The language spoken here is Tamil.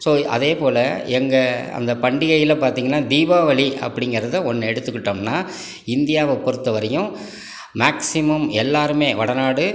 ஸோ அதே போல் எங்கள் அந்த பண்டிகையில் பார்த்திங்கனா தீபாவளி அப்டிங்கறதை ஒன்று எடுத்துக்கிட்டோம்ன்னா இந்தியாவை பொறுத்த வரைக்கும் மேக்சிமம் எல்லாருமே வடநாடு